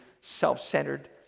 self-centered